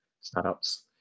startups